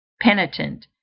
penitent